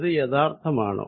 ഇത് യാഥാർത്ഥമാണോ